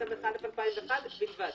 התשס"א-2001 בלבד.